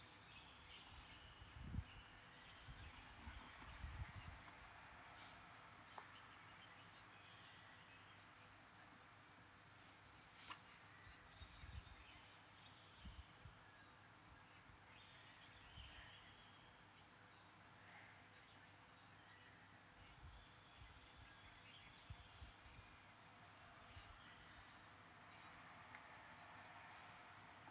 uh uh